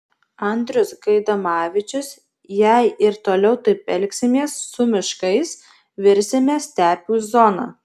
andrius gaidamavičius jei ir toliau taip elgsimės su miškais virsime stepių zona